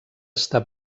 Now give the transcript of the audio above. està